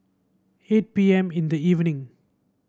eight P M in the evening